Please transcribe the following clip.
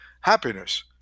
happiness